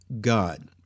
God